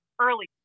early